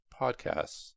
podcasts